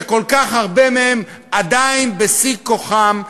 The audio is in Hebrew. שכל כך הרבה מהם עדיין בשיא כוחם,